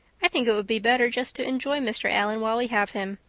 i think it would be better just to enjoy mr. allan while we have him.